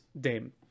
Dame